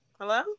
hello